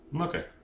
Okay